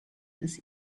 des